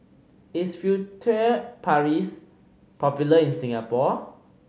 is Furtere Paris popular in Singapore